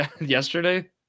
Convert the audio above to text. yesterday